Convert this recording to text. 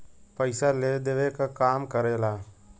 पइसा लेवे देवे क काम करेला